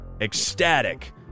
ecstatic